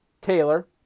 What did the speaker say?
Taylor